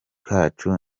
kacu